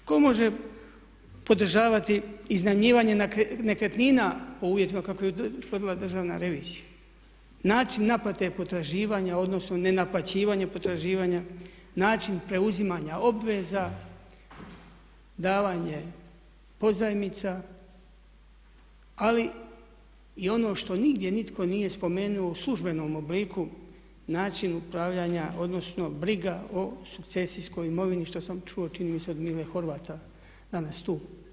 Tko može podržavati iznajmljivanje nekretnina u uvjetima koje je utvrdila državna revizija, način naplate potraživanja, odnosno nenaplaćivanje potraživanja, način preuzimanja obveza, davanje pozajmica ali i ono što nigdje nitko nije spomenuo u službenom obliku, načinu upravljanja, odnosno briga o sukcesijskoj imovini što sam čuo čini mi se od Mile Horvata danas tu?